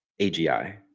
AGI